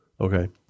okay